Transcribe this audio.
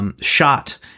shot